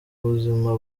buzima